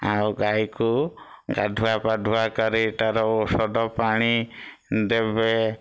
ଆଉ ଗାଈକୁ ଗାଧୁଆ ପାଧୁଆ କରି ତାର ଔଷଧ ପାଣି ଦେବେ